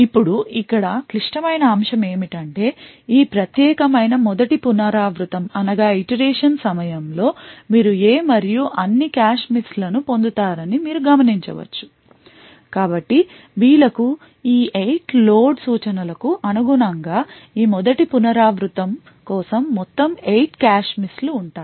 ఇప్పుడు ఇక్కడ క్లిష్టమైన అంశం ఏమిటంటే ఈ ప్రత్యేకమైన మొదటి పునరావృతం సమయంలో మీరు A మరియు అన్ని కాష్ మిస్లను పొందుతారని మీరు గమనించవచ్చు కాబట్టి B ల కు ఈ 8 లోడ్ సూచనలకు అనుగుణంగా ఈ మొదటి పునరావృతం కోసం మొత్తం 8 కాష్ మిస్ లు ఉంటాయి